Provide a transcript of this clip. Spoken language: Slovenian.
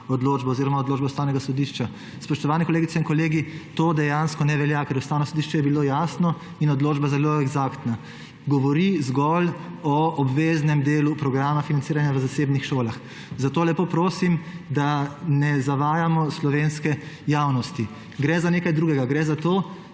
odločbo oziroma odločbo Ustavnega sodišča. Spoštovane kolegice in kolegi, to dejansko ne velja, ker Ustavno sodišče je bilo jasno in odločba zelo eksaktna. Govori zgolj o obveznem delu programa financiranja v zasebnih šolah, zato lepo prosim, da ne zavajamo slovenske javnosti. Gre za nekaj drugega. Gre za to,